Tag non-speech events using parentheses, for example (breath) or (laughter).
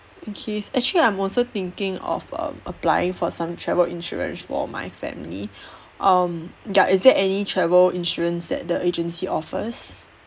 okay actually I'm also thinking of um applying for some travel insurance for my family (breath) um ya is there any travel insurance that the agency offers